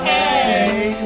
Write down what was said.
Hey